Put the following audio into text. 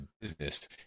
business